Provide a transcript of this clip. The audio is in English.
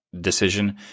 decision